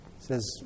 says